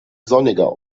sonniger